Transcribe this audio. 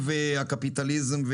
לא.